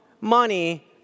Money